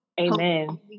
Amen